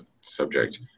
subject